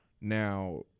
Now